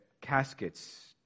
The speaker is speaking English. caskets